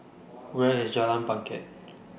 Where IS Jalan Bangket